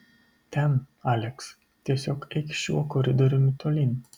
ten aleks tiesiog eik šiuo koridoriumi tolyn